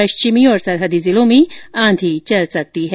पश्चिमी और सरहदी जिलों में आंधी चल सकती है